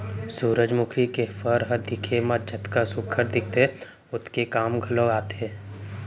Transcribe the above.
सुरूजमुखी के फर ह दिखे म जतका सुग्घर दिखथे ओतके काम घलौ आथे